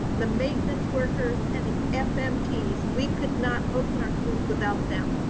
the maintenance workers and the fmts. we could not open our schools without them.